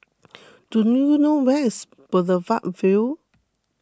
do you know where is Boulevard Vue